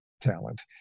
talent